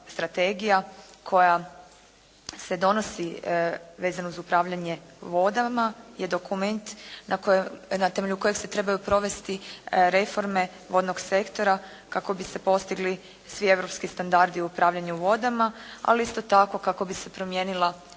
strategija koja se donosi vezano uz upravljanje vodama je dokument na temelju kojeg se trebaju provesti reforme vodnog sektora kako bi se postigli svi europski standardi u upravljanju vodama ali isto tako kako bi se promijenila